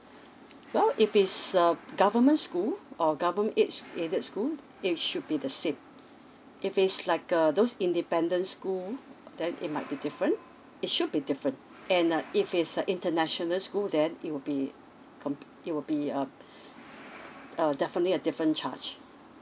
well if it's uh government school or govern aids aided school it should be the same if it's like uh those independent school then it might be different it should be different and uh if it's a international school then it will be com it will be uh err definitely a different charge